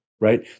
right